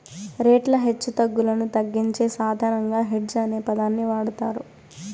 రేట్ల హెచ్చుతగ్గులను తగ్గించే సాధనంగా హెడ్జ్ అనే పదాన్ని వాడతారు